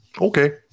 okay